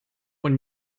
von